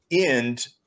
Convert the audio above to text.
end